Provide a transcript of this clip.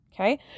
Okay